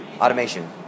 Automation